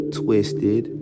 twisted